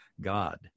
God